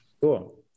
cool